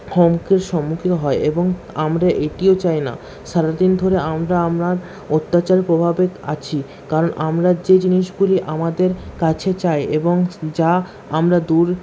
সম্মুখীন হয় এবং আমরা এটিও চাই না সারাদিন ধরে আমরা আমর অত্যাচার প্রভাবে আছি কারণ আমরা যে জিনিসগুলি আমাদের কাছে চাই এবং যা আমরা দূর